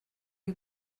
you